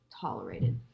tolerated